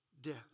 death